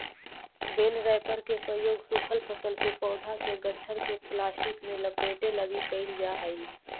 बेल wrapper के प्रयोग सूखल फसल के पौधा के गट्ठर के प्लास्टिक में लपेटे लगी कईल जा हई